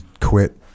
quit